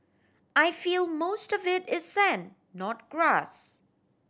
I feel most of it is sand not grass